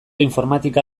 informatika